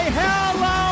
hello